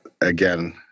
again